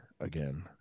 again